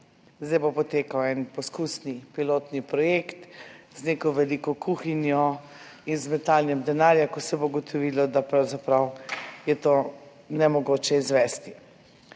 Zdaj bo potekal en poskusni, pilotni projekt z neko veliko kuhinjo in z metanjem denarja, ko se bo ugotovilo, da pravzaprav je to nemogoče izvesti.